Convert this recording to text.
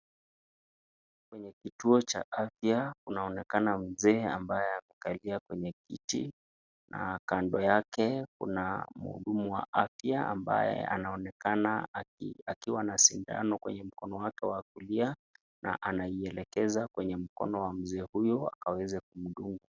Hapa ni kituo cha afya kunaonekana mzee ambaye amekalia kwenye kiti kando yake kuna muhudumu wa afya ambaye anaonekana akiwa na sindano kwenye mkono wake wa kulia na anaielekeza kwenye mkono wa mzee ule akaweze kumdunga.